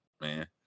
man